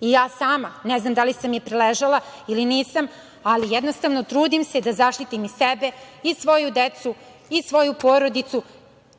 I ja sama ne znam da li sam je preležala ili nisam, ali jednostavno trudim se da zaštitim i sebe i svoju decu i svoju porodicu,